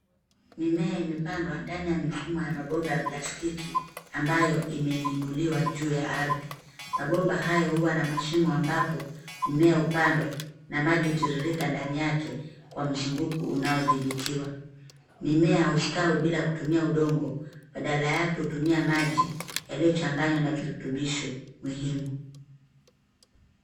Mimea imepandwa ndani ya mifumo ya mabomba ya plastiki ambayo imeinuliwa juu ya ardhi. Mabomba hayo huwa na mashimo ambapo mimea hupandwa na maji hutiririka kando yake kwa mzunguko unaodhibitiwa. Mimea hustawi bila kutumia udongo badala yake hutumia maji yaliyochanganywa na virutubisho muhimu.